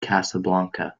casablanca